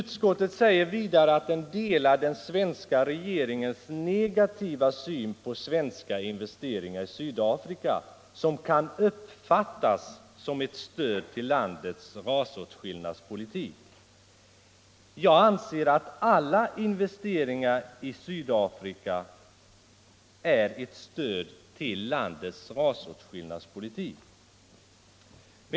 Utskottet anför också att det delar den svenska regeringens negativa syn på svenska investeringar i Sydafrika som kan uppfattas som ett stöd för landets rasåtskillnadspolitik. Jag anser att alla investeringar i Sydafrika är ett stöd för landets rasåtskillnadspolitik.